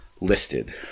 listed